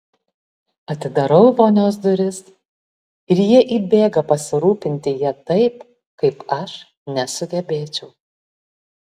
atidarau vonios duris ir jie įbėga pasirūpinti ja taip kaip aš nesugebėčiau